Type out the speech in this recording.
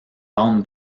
bandes